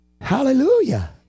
Hallelujah